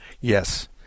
Yes